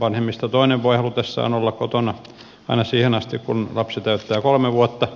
vanhemmista toinen voi halutessaan olla kotona aina siihen asti kun lapsi täyttää kolme vuotta